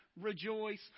rejoice